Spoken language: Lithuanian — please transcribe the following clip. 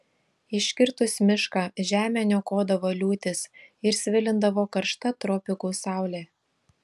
iškirtus mišką žemę niokodavo liūtys ir svilindavo karšta tropikų saulė